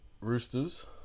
Roosters